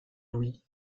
louis